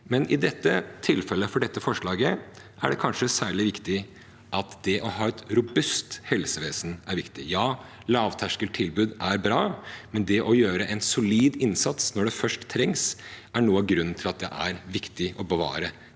I dette tilfellet, for dette forslaget, er det kanskje særlig viktig at det å ha et robust helsevesen er viktig. Ja, lavterskeltilbud er bra, men det å gjøre en solid innsats når det først trengs, er noe av grunnen til at det er viktig å bevare disse